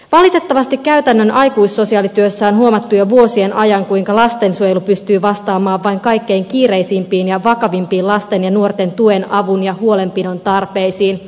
valitettavasti käytännön aikuissosiaalityössä on huomattu jo vuosien ajan kuinka lastensuojelu pystyy vastaamaan vain kaikkein kiireisimpiin ja vakavimpiin lasten ja nuorten tuen avun ja huolenpidon tarpeisiin